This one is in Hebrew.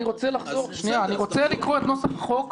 אני רוצה לחזור לקרוא את נוסח החוק,